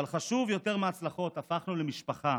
אבל חשוב יותר מההצלחות, הפכנו למשפחה,